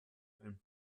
einen